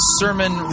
sermon